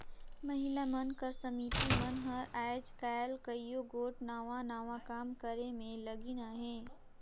महिला मन कर समिति मन हर आएज काएल कइयो गोट नावा नावा काम करे में लगिन अहें